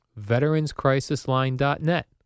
VeteransCrisisLine.net